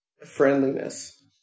friendliness